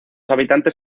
habitantes